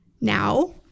Now